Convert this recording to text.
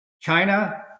China